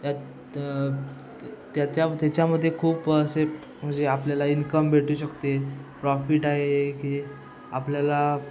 त्यात त्याच्या त्याच्यामध्ये खूप असे म्हणजे आपल्याला इन्कम भेटू शकते प्रॉफिट आहे की आपल्याला